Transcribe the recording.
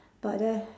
but then